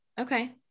Okay